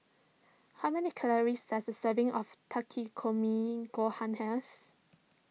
how many calories does a serving of Takikomi Gohan have